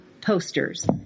posters